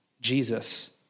Jesus